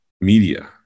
media